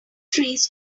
trees